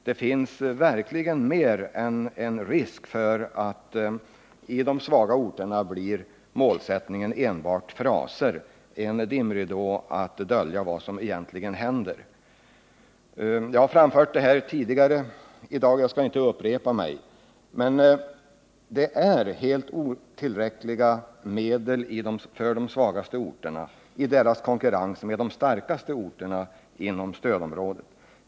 Det finns verkligen mer än en risk för att i de svagaste orterna målsättningen blir enbart fraser — en dimridå för att dölja vad som egentligen händer. Jag har framfört det här tidigare i dag och skall inte upprepa mig. Men det är helt otillräckliga medel för de svagaste orterna i deras konkurrens med de starkaste orterna inom stödområdet.